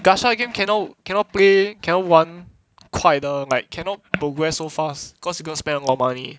gasha the game cannot cannot play cannot 玩快的 like cannot progress so fast cause you gonna spend a lot of money